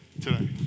today